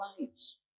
lives